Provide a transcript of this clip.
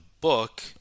book